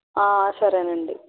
సరే అండి